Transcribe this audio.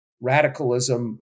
radicalism